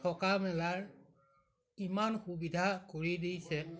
থকা মেলাৰ ইমান সুবিধা কৰি দিছে